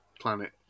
planet